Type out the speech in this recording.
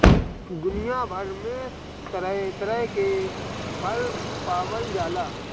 दुनिया भर में तरह तरह के फल पावल जाला